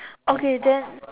okay then